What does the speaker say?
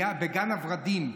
בגן הוורדים.